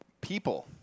people